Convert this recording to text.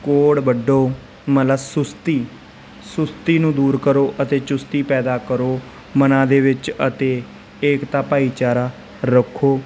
ਕੋੜ ਵੱਡੋ ਮਤਲਬ ਸੁਸਤੀ ਸੁਸਤੀ ਨੂੰ ਦੂਰ ਕਰੋ ਅਤੇ ਚੁਸਤੀ ਪੈਦਾ ਕਰੋ ਮਨਾਂ ਦੇ ਵਿੱਚ ਅਤੇ ਏਕਤਾ ਭਾਈਚਾਰਾ ਰੱਖੋ